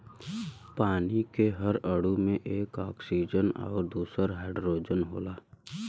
पानी के हर अणु में एक ऑक्सीजन आउर दूसर हाईड्रोजन होला